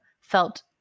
felt